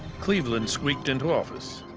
cleveland squeaked into office.